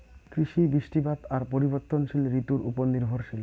কৃষি, বৃষ্টিপাত আর পরিবর্তনশীল ঋতুর উপর নির্ভরশীল